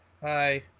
hi